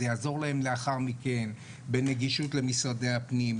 זה יעזור להם לאחר מכן בנגישות למשרדי הפנים,